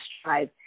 strive